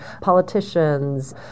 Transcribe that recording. politicians